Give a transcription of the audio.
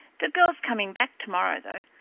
the girl's coming back to-morrow, though,